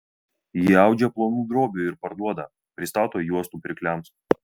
ji audžia plonų drobių ir parduoda pristato juostų pirkliams